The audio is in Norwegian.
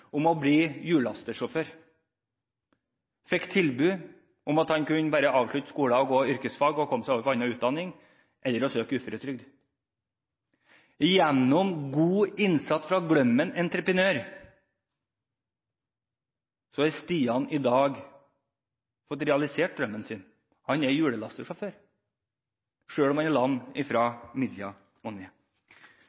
å bli hjullastersjåfør. Han fikk tilbud om å avslutte skolegangen, gå yrkesfag og komme seg over på annen utdanning eller søke uføretrygd. Gjennom god innsats fra Glømmen Entreprenør har Stian i dag fått realisert drømmen sin: Han er hjullastersjåfør, selv om han er lam fra midjen og ned. Rolf, som droppet ut av skolen, har psykiske problemer og bor i